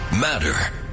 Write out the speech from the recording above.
matter